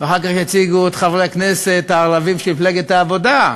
ואחר כך יציגו את חברי הכנסת הערבים של מפלגת העבודה,